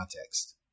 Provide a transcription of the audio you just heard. context